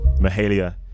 Mahalia